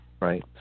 right